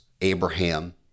Abraham